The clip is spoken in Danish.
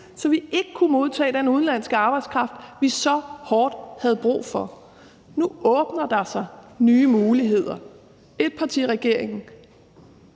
så vi ikke kunne modtage den udenlandske arbejdskraft, vi så hårdt havde brug for. Nu åbner der sig nye muligheder. Etpartiregeringen